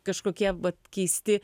kažkokie keisti